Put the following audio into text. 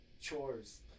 Chores